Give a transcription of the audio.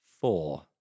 four